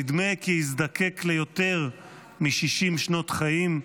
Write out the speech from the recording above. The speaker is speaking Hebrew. נדמה כי יזדקק ליותר מ-60 שנות חיים,